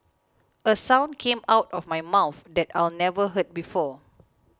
a sound came out of my mouth that I'd never heard before